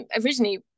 originally